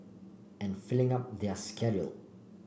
and filling up their schedule